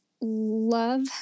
love